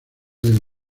del